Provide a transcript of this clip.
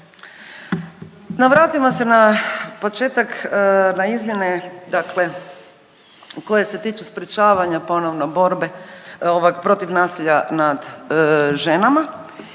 vratimo se na početak, na izmjene dakle koje se tiču sprječavanja ponovno borbe ovog protiv nasilja nad ženama.